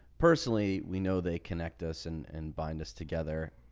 personally, we know they connect us and and bind us together,